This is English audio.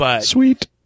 Sweet